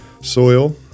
soil